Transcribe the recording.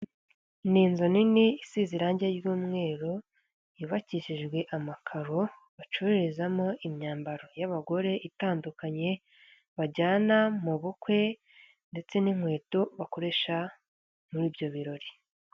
Ni inzu nini isize irangi ry'umweru, yubakishijwe amakaro, bacururizamo imyambaro y'abagore itandukanye, banjyana mu bukwe, ndetse n'inkweto bakoresha muri ibyo birori.